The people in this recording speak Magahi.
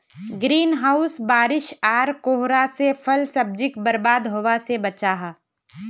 ग्रीन हाउस बारिश आर कोहरा से फल सब्जिक बर्बाद होवा से बचाहा